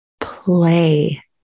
play